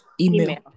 email